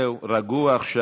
זהו, רגוע עכשיו.